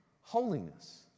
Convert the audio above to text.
holiness